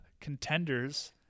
contenders